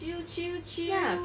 chill chill chill